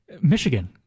Michigan